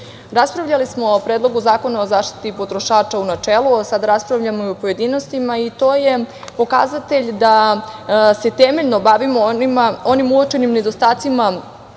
raspravljali smo o Predlogu zakona o zaštiti potrošača u načelu, a sada raspravljamo i u pojedinostima i to je pokazatelj da se temeljno bavimo onim uočenim nedostacima